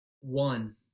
one